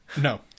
No